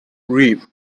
reap